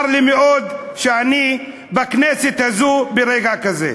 צר לי מאוד שאני בכנסת הזאת ברגע כזה.